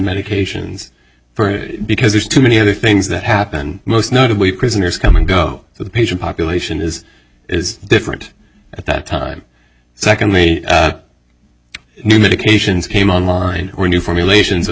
medications for because there's too many other things that happen most notably prisoners come and go so the patient population is is different at that time secondly new medications came online or new formulations of